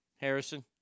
Harrison